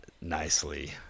nicely